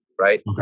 Right